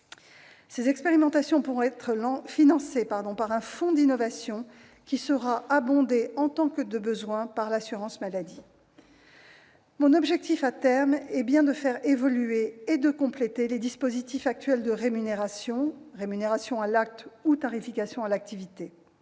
ces expérimentations. Elles pourront être financées par un fonds d'innovation qui sera abondé en tant que de besoin par l'assurance maladie. Mon objectif, à terme, est bien de faire évoluer et de compléter les dispositifs actuels de rémunération, à savoir la rémunération à l'acte et la tarification à l'activité.